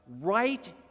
right